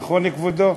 נכון, כבודו?